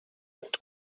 ist